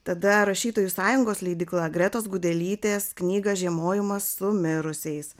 tada rašytojų sąjungos leidykla gretos gudelytės knygą žiemojimas su mirusiais